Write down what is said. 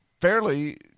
fairly